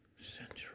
central